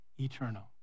eternal